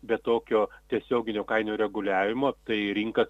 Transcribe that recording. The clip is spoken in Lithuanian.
be tokio tiesioginio kainų reguliavimo tai rinka